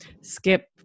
skip